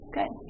Good